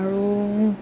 আৰু